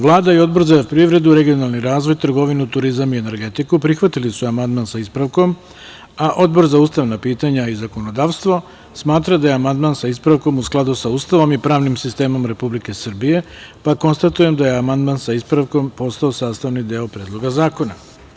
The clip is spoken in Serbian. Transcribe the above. Vlada i Odbor za privredu, regionalni razvoj, trgovinu, turizam i energetiku prihvatili su amandman sa ispravkom, a Odbor za ustavna pitanja i zakonodavstvo smatra da je amandman sa ispravkom u skladu sa Ustavom i pravnim sistemom Republike Srbije, pa konstatujem da je amandman sa ispravkom postao sastavni deo Predloga zakona.